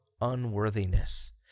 unworthiness